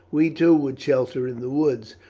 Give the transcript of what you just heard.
we, too, would shelter in the woods,